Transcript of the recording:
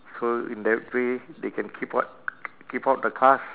so in that way they can keep out keep out the cars